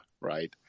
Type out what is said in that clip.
right